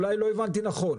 אולי לא הבנתי נכון.